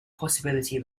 possibility